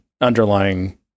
underlying